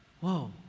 Whoa